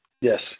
Yes